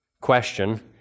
question